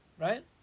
right